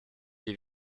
des